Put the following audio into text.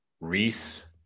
Reese